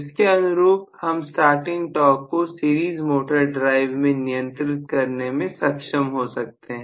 इसके अनुरूप हम स्टार्टिंग टॉर्क को सीरीज मोटर ड्राइव में नियंत्रित करने में सक्षम हो सकते हैं